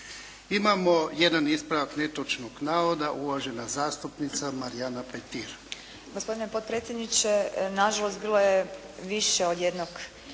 Imamo jedan ispravak netočnog navoda, uvažena zastupnica Marijana Petir. **Petir, Marijana (HSS)** Gospodine potpredsjedniče na žalost bilo je više od jednog